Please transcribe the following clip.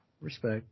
Respect